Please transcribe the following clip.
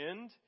end